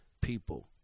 people